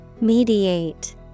Mediate